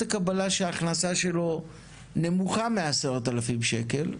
הקבלה שההכנסה שלו נמוכה מ-10,000 שקלים,